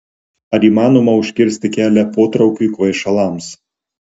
ar įmanoma užkirsti kelią potraukiui kvaišalams